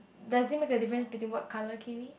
does it make a difference between what color kiwi